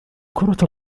كرة